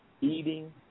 eating